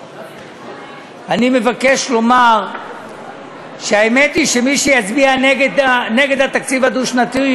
אני מבקש לומר שהאמת היא שמי שיצביע נגד התקציב הדו-שנתי,